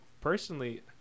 personally